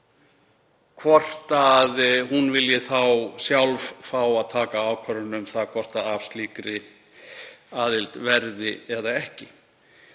hvort hún vildi þá sjálf fá að taka ákvörðun um hvort af slíkri aðild yrði eða ekki.